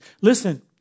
Listen